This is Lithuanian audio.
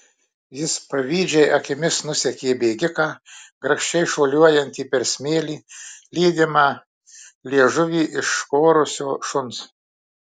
jis pavydžiai akimis nusekė bėgiką grakščiai šuoliuojantį per smėlį lydimą liežuvį iškorusio šuns